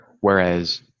Whereas